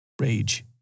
Rage